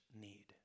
need